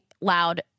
loud